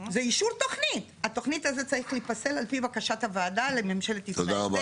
התוכנית הזאת צריכה להיפסל על פי בקשת הוועדה לממשלת ישראל,